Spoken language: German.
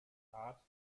art